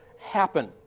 happen